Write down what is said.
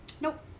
Nope